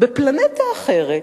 בפלנטה האחרת